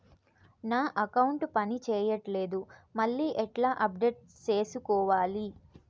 నా అకౌంట్ పని చేయట్లేదు మళ్ళీ ఎట్లా అప్డేట్ సేసుకోవాలి?